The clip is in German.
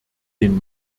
den